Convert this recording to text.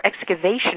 excavation